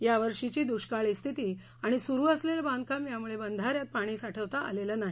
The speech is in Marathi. यावर्षीची दुष्काळी स्थिती आणि सुरु असलेलं बांधकाम यामुळे बंधाऱ्यात पाणी साठवता आलेलं नाही